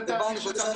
זה תהליך שצריך